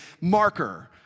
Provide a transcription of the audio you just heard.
marker